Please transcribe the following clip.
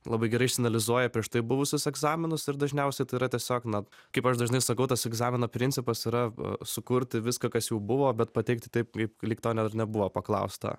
labai gerai išsianalizuoja prieš tai buvusius egzaminus ir dažniausia tai yra tiesiog na kaip aš dažnai sakau tas egzamino principas yra sukurti viską kas jau buvo bet pateikti taip kaip lyg to dar nebuvo paklausta